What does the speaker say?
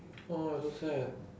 !aww! so sad